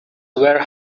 were